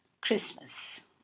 christmas